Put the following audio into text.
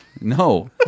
No